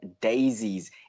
daisies